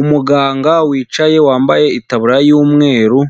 Umuganga wicaye wambaye itaburiya y'umweru